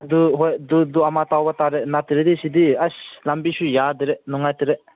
ꯑꯗꯨ ꯍꯣꯏ ꯑꯗꯨ ꯗꯨ ꯑꯃ ꯇꯧꯕ ꯇꯥꯔꯦ ꯅꯠꯇ꯭ꯔꯗꯤ ꯁꯤꯗꯤ ꯑꯁ ꯂꯝꯕꯤꯁꯨ ꯌꯥꯗ꯭ꯔꯦ ꯅꯨꯡꯉꯥꯏꯇ꯭ꯔꯦ